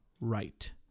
right